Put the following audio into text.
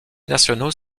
nationaux